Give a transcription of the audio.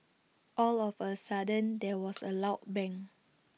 all of A sudden there was A loud bang